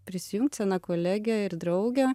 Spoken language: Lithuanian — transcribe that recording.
prisijungt sena kolegė ir draugė